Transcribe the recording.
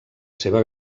seva